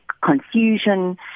confusion